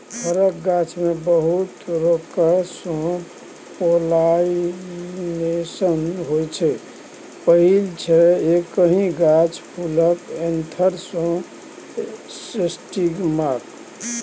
फरक गाछमे बहुत तरीकासँ पोलाइनेशन होइ छै पहिल छै एकहि गाछ फुलक एन्थर सँ स्टिगमाक